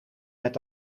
met